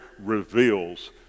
reveals